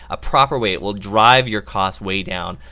a proper way will drive your cost way down.